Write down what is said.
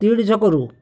ତିହିଡ଼ି ଛକରୁ